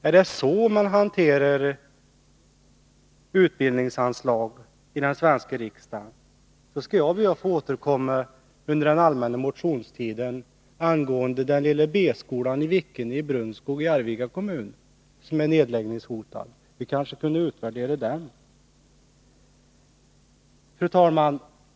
Är det så man hanterar utbildningsanslag i den svenska riksdagen, då skall jag be att få återkomma under den allmänna motionstiden angående den lilla B-skolan i Vikene i Brunskog i Arvika kommun som är nedläggningshotad. Vi kanske kunde utvärdera den. Fru talman!